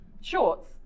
shorts